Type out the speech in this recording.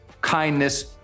kindness